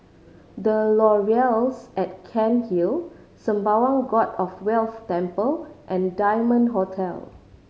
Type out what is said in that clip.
The Laurels at Cairnhill Sembawang God of Wealth Temple and Diamond Hotel